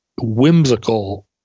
whimsical